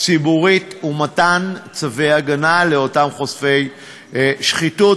ציבורית ומתן צווי הגנה לאותם חושפי שחיתות.